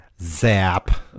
Zap